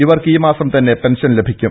ഇവർക്ക് ഈ മാസം തന്നെ പെൻഷൻ ലഭിക്കും